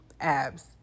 abs